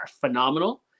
phenomenal